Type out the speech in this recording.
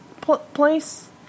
place